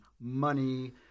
money